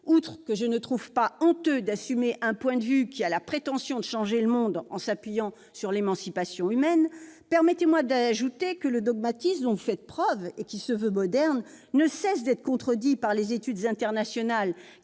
Outre que je ne trouve pas honteux d'avoir la prétention de changer le monde en s'appuyant sur l'émancipation humaine, permettez-moi de souligner que le dogmatisme dont vous faites preuve, et qui se veut moderne, ne cesse d'être contredit par les études internationales.